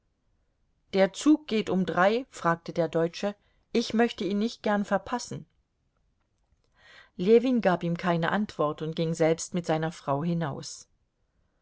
der zug geht um drei fragte der deutsche ich möchte ihn nicht gern verpassen ljewin gab ihm keine antwort und ging selbst mit seiner frau hinaus